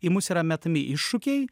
į mus yra metami iššūkiai